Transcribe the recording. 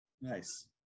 Nice